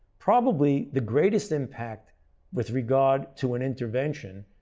probably the greatest impact with regard to an intervention,